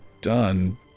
Done